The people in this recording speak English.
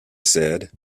said